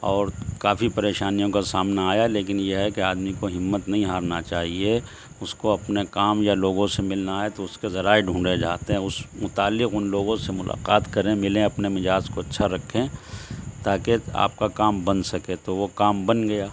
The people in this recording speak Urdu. اور کافی پریشانیوں کا سامنا آیا لیکن یہ ہے کہ آدمی کو ہمت نہیں ہارنا چاہیے اس کو اپنے کام یا لوگوں سے ملنا ہے تو اس کے ذرائع ڈھونڈے جاتے ہیں اس متعلق ان لوگوں سے ملاقات کریں ملیں اپنے مزاج کو اچھا رکھیں تا کہ آپ کا کام بن سکے تو وہ کام بن گیا